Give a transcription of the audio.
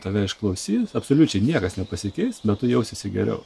tave išklausys absoliučiai niekas nepasikeis bet tu jausiesi geriau